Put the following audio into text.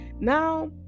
now